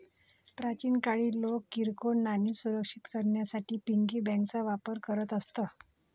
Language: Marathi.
प्राचीन काळी लोक किरकोळ नाणी सुरक्षित करण्यासाठी पिगी बँकांचा वापर करत असत